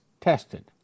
tested